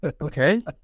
Okay